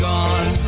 Gone